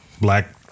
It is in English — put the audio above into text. black